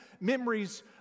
memories